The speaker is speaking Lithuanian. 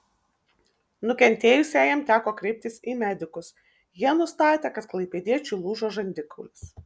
nukentėjusiajam teko kreiptis į medikus jie nustatė kad klaipėdiečiui lūžo žandikaulis